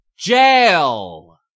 Jail